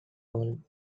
old